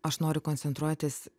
aš noriu koncentruotis